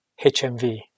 HMV